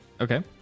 Okay